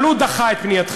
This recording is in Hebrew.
אבל הוא דחה את פנייתכם.